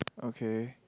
okay